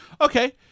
okay